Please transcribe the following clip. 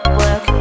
work